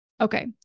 Okay